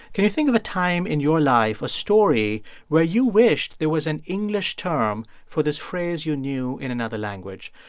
can you think of a time in your life a story where you wished there was an english term for this phrase you knew in another language?